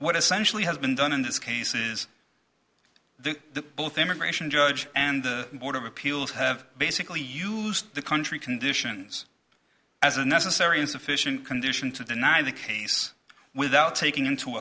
what essentially has been done in this case is the both immigration judge and the board of appeals have basically used the country conditions as a necessary and sufficient condition to deny the case without taking into